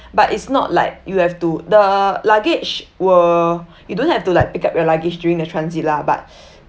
but it's not like you have to the luggage will you don't have to like pick up your luggage during the transit lah but